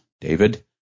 David